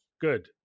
Good